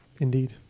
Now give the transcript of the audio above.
Indeed